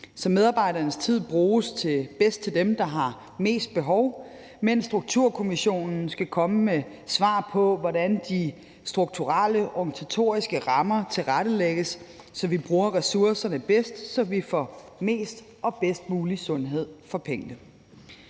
så medarbejdernes tid bruges bedst til dem, der har mest behov, mens Strukturkommissionen skal komme med svar på, hvordan de strukturelle organisatoriske rammer tilrettelægges, så vi bruger ressourcerne bedst, så vi får mest og bedst mulig sundhed for pengene.